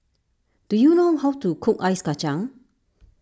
do you know how to cook Ice Kacang